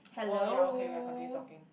oh ya okay we are continue talking